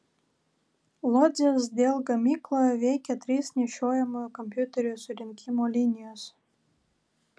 lodzės dell gamykloje veikia trys nešiojamųjų kompiuterių surinkimo linijos